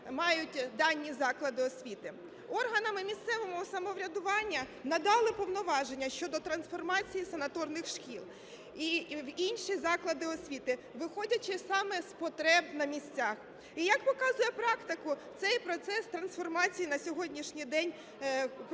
мають дані заклади освіти. Органам місцевого самоврядування надали повноваження щодо трансформації санаторних шкіл в інші заклади освіти, виходячи саме з потреб на місцях. І як показує практика, цей процес трансформації на сьогоднішній день